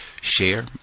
share